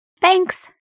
Thanks